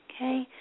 Okay